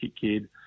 kid